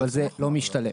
אבל זה לא משתלם.